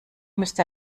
müsste